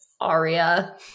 Aria